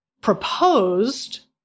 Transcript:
proposed